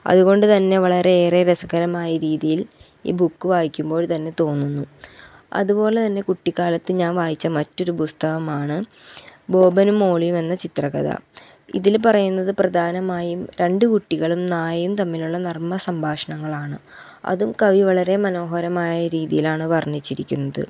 അതുകൊണ്ട് തന്നെ വളരെ ഏറെ രസകരമായ രീതിയിൽ ഈ ബുക്ക് വായിക്കുമ്പോൾ തന്നെ തോന്നുന്നു അതുപോലെ തന്നെ കുട്ടിക്കാലത്ത് ഞാൻ വായിച്ച മറ്റൊരു പുസ്തകമാണ് ബോബനും മോളിയുമെന്ന ചിത്ര കഥ ഇതിൽ പറയുന്നത് പ്രധാനമായും രണ്ട് കുട്ടികളും നായയും തമ്മിലുള്ള നർമ്മ സംഭാഷണങ്ങളാണ് അതും കവി വളരെ മനോഹരമായ രീതിയിലാണ് വർണ്ണിച്ചിരിക്കുന്നത്